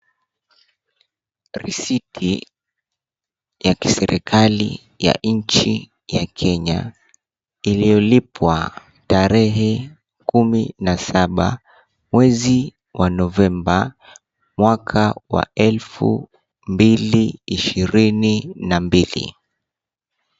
Risiti ya kiserikali ya nchi ya Kenya, iliyolipwa tarehe kumi na saba, mwezi wa Novemba, mwaka wa elfu mbili ishirini na mbili.